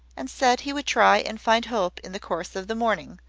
and said he would try and find hope in the course of the morning,